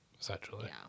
essentially